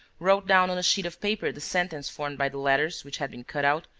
wrote down on a sheet of paper the sentence formed by the letters which had been cut out,